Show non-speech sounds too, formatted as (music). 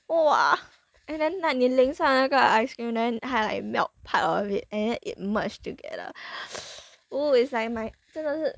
!wah! and then like 你凌上那个 ice cream then 还 like melt part of it and then it merge together (breath) oh it's like my 真的是